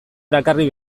erakarri